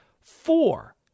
Four